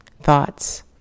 Thoughts